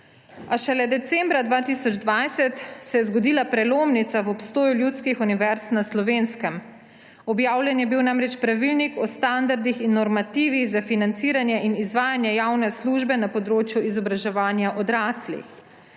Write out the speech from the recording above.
a šele decembra 2020 se je zgodila prelomnica v obstoju ljudskih univerz na Slovenskem. Objavljen je bil namreč pravilnik o standardih in normativih za financiranje in izvajanje javne službe na področju izobraževanja odraslih.